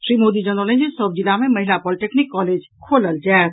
श्री मोदी जनौलनि जे सभ जिला मे महिला पोलिटेक्निक कॉलेज खोलल जायत